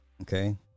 Okay